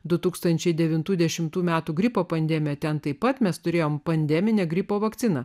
du tūkstančiai devintų dešimtų metų gripo pandemiją ten taip pat mes turėjome pandeminio gripo vakcina